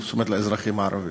זאת אומרת לאזרחים הערבים.